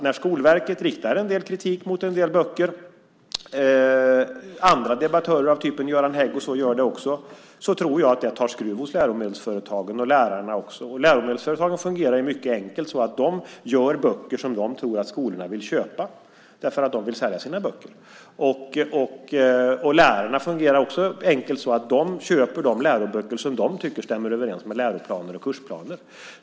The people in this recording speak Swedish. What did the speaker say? När Skolverket riktar en del kritik mot en del böcker - andra debattörer, till exempel Göran Hägg, gör det också - tror jag att det tar skruv hos läromedelsföretagen och lärarna. Och läromedelsföretagen fungerar mycket enkelt och gör böcker som de tror att skolorna vill köpa därför att de vill sälja sina böcker. Och lärarna fungerar också enkelt och köper de läroböcker som de tycker stämmer överens med läroplaner och kursplaner.